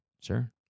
Sure